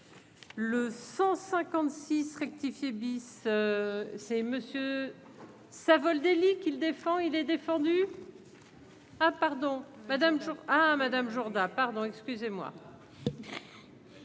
le 156 rectifié bis, c'est monsieur. Savoldelli qu'il défend, il est défendu. Ah pardon Madame à Madame Jourda, pardon, excusez-moi.